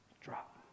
drop